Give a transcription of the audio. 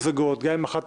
גם אם הן ממוזגות,